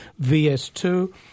VS2